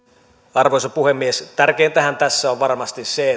arvoisa puhemies tärkeintähän tässä on varmasti ratkaista se